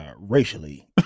Racially